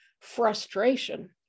frustration